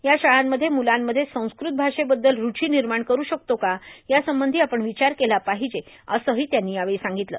या शाळांमधील मुलांमध्ये संस्कृत भाषेबद्दल रूचि निर्माण करू शकतो का यासंबंधी आपण विचार केला पाहिजे असंही त्यांनी यावेळी सांगितलं